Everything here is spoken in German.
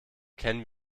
kennen